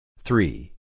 Three